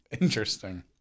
Interesting